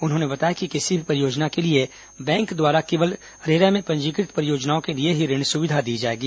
उन्होंने बताया कि किसी भी परियोजना के लिए बैंक द्वारा केवल रेरा में पंजीकृत परियोजनाओं के लिए ही ऋण सुविधा दी जाएगी